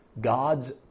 God's